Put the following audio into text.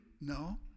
No